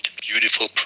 beautiful